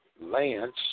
Lance